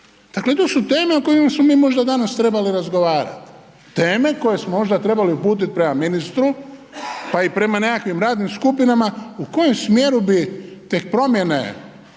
Dakle, to su teme o kojima smo mi možda danas trebali razgovarati, teme koje smo možda trebali uputiti prema ministru, pa i prema nekakvim radnim skupinama u kojem smjeru bi te promjene